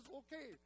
okay